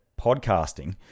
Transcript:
podcasting